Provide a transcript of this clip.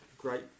Great